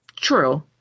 True